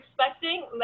expecting